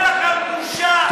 אין לכם בושה.